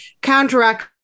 counteract